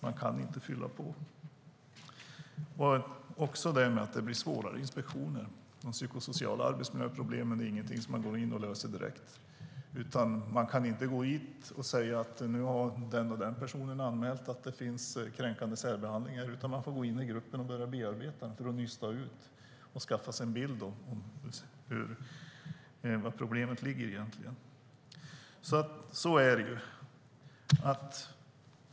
Man kan inte fylla på. Det handlar också om att det blir svårare inspektioner. De psykosociala arbetsmiljöproblemen är ingenting som man går in och löser direkt. Man kan inte gå in och säga att en viss person har anmält att det sker kränkande särbehandling, utan man får gå in i gruppen och börja bearbeta den för att nysta ut det hela och skaffa sig en bild av var problemet egentligen ligger.